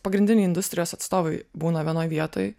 pagrindiniai industrijos atstovai būna vienoj vietoj